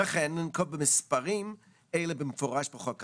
וכן לנקוב במספרים אלה במפורש בחוק האקלים,